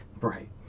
right